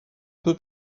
peu